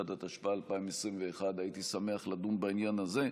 31), התשפ"א 2021. הייתי שמח לדון בעניין הזה,